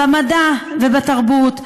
במדע ובתרבות,